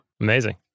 Amazing